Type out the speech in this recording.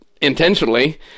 intentionally